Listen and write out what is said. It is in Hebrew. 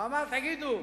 הוא אמר: תגידו,